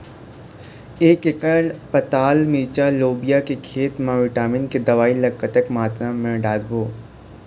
एक एकड़ पताल मिरचा लोबिया के खेत मा विटामिन के दवई ला कतक मात्रा म डारबो?